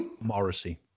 Morrissey